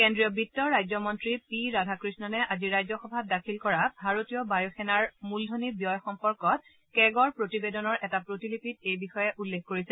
কেড্ৰীয় বিত্ত ৰাজ্য মন্ত্ৰী পি ৰাধাকৃষ্ণণে আজি ৰাজ্যসভাত দাখিল কৰা ভাৰতীয় বায়ুসেনাৰ মূলধনী ব্যয় সম্পৰ্কত কেগৰ প্ৰতিবেদনৰ এটা প্ৰতিলিপিত এই বিষয়ে উল্লেখ কৰিছে